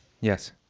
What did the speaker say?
Yes